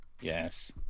Yes